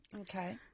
Okay